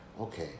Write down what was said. Okay